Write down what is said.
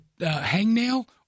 hangnail